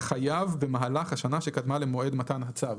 החייב במהלך השנה שקדמה למועד מתן הצו."